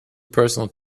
personal